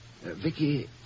Vicky